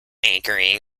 anchoring